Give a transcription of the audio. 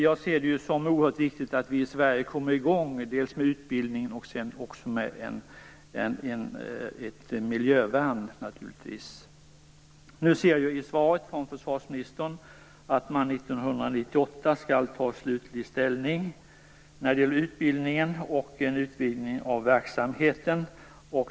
Jag ser det som oerhört viktigt att vi i Sverige kommer igång med dels en utbildning, dels ett miljövärn. Enligt försvarsministerns svar skall man 1998 ta slutlig ställning i fråga om utbildningen och en utvidgning av verksamheten.